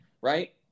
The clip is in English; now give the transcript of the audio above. right